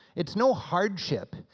it's no hardship,